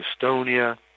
Estonia